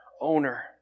owner